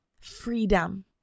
freedom